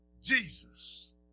jesus